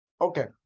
okay